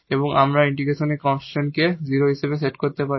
এবং আমরা ইন্টিগ্রেশনের এই কন্সট্যান্টকে 0 হিসাবে সেট করতে পারি